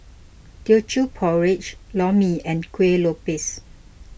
Teochew Porridge Lor Mee and Kueh Lopes